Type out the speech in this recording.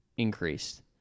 increased